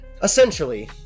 Essentially